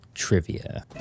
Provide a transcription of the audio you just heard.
trivia